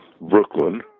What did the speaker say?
Brooklyn